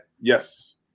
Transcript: Yes